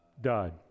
died